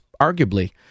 arguably